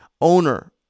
owner